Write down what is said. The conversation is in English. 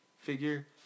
figure